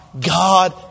God